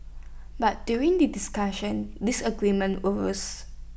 but during the discussions disagreements arose